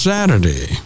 Saturday